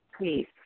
please